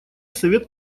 совет